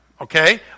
okay